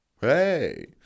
Hey